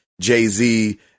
Jay-Z